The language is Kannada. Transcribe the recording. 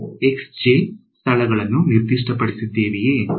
ನಾವು ಸ್ಥಳಗಳನ್ನು ನಿರ್ದಿಷ್ಟಪಡಿಸಿದ್ದೇವೆಯೇ